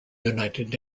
united